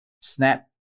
Snap